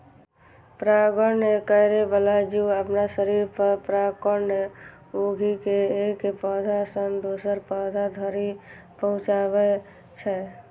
परागण करै बला जीव अपना शरीर पर परागकण उघि के एक पौधा सं दोसर पौधा धरि पहुंचाबै छै